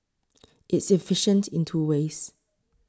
it's efficient in two ways